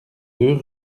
deux